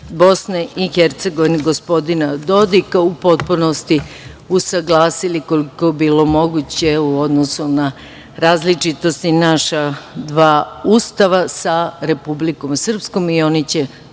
BiH, gospodina Dodika u potpunosti usaglasili, koliko je bilo moguće u odnosu na različitost i naša dva ustava sa Republikom Srpskom i oni će,